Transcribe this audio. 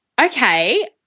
okay